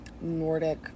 nordic